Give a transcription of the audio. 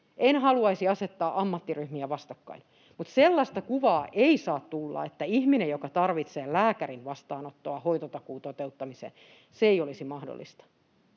En haluaisi asettaa ammattiryhmiä vastakkain, mutta sellaista kuvaa ei saa tulla, että ihmisen, joka tarvitsee lääkärin vastaanottoa hoitotakuun toteuttamiseen, ei olisi mahdollista